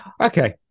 Okay